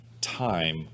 time